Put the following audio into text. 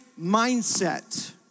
mindset